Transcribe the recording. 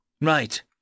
Right